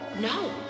no